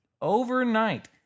overnight